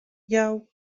jou